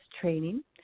training